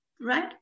right